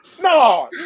No